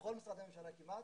בכל משרדי הממשלה כמעט,